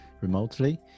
remotely